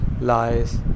lies